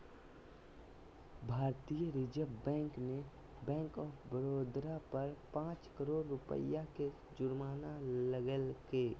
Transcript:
भारतीय Reserve Bank ने Bank of Baroda पर पांच करोड़ रुपया के जुर्माना लगैलके